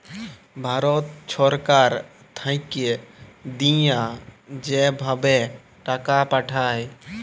ভারত ছরকার থ্যাইকে দিঁয়া যে ভাবে টাকা পাঠায়